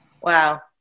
Wow